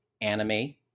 anime